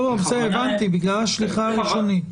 לא, הבנתי, בגלל השליחה הראשונית.